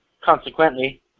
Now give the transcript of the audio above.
Consequently